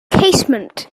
casement